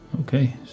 Okay